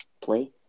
play